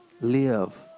live